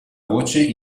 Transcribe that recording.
voce